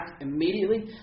immediately